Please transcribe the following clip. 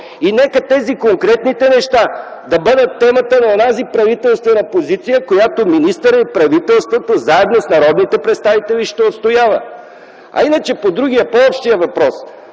и нека тези конкретни неща бъдат темата на онази правителствена позиция, която министърът и правителството, заедно с народните представители ще отстояват. А иначе по другия, по общия въпрос,